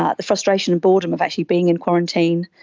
ah the frustration and boredom of actually being in quarantine,